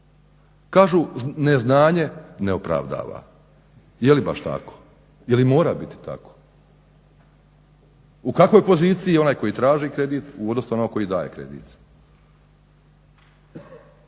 Kažu neznanje ne opravdava. Je li baš tako? Je li mora biti tako? U kakvoj je poziciji onaj koji traži kredit u odnosu na onog koji daje kredit?